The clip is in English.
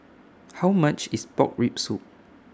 How much IS Pork Rib Soup